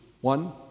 one